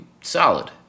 solid